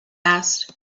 asked